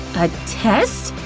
a test!